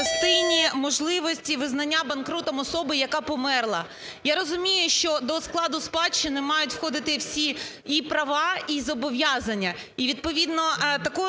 відповідно такою